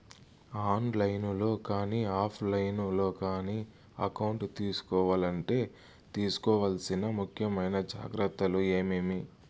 On line లో కానీ offline లో కానీ అకౌంట్ సేసుకోవాలంటే తీసుకోవాల్సిన ముఖ్యమైన జాగ్రత్తలు ఏమేమి?